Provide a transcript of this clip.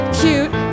cute